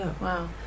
Wow